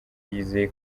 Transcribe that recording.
yizeye